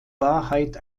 wahrheit